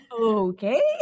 Okay